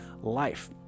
life